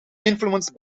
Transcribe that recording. influenced